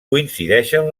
coincideixen